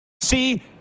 See